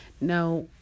Now